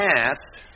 asked